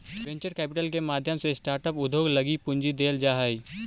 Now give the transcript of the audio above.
venture capital के माध्यम से स्टार्टअप उद्योग लगी पूंजी देल जा हई